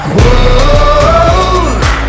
Whoa